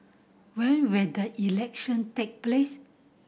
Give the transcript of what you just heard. when will the election take place